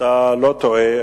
אתה לא טועה.